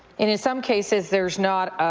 in in some cases there's not